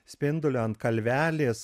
spinduliu ant kalvelės